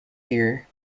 here